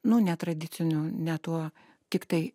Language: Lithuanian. nu netradiciniu ne tuo tiktai